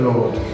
Lord